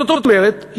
זאת אומרת,